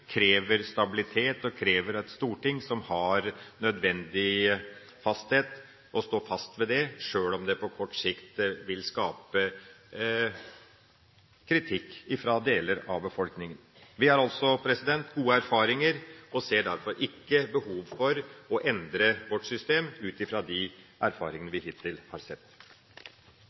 krever stabilitet og krever et storting som har nødvendig fasthet og står fast ved det, sjøl om det på kort sikt vil føre til kritikk fra deler av befolkninga. Vi har altså gode erfaringer og ser derfor ikke behov for å endre systemet vårt ut fra de erfaringene vi hittil har sett.